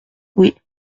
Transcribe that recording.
oui